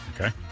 Okay